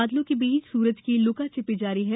बादलों के बीच सुरज की लुकाछिपी जारी है